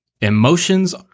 Emotions